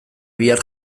bihar